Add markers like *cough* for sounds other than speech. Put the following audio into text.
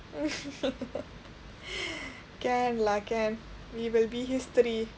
*laughs* can lah can we will be history